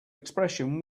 expression